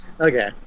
okay